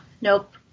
Nope